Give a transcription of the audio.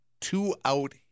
two-out